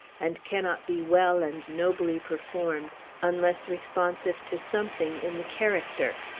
and cannot be well and nobly performed unless responsive to something in the character.